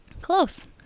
Close